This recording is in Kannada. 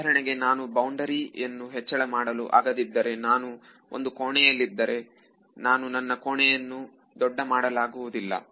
ಉದಾಹರಣೆಗೆ ನಾನು ಬೌಂಡರಿಯನ್ನು ಹೆಚ್ಚಳ ಮಾಡಲು ಆಗದಿದ್ದರೆ ನಾನು ಒಂದು ಕೋಣೆಯಲ್ಲಿದ್ದರೆ ನಾನು ನನ್ನ ಕೊನೆಯನ್ನು ದೊಡ್ಡ ಮಾಡಲಾಗುವುದಿಲ್ಲ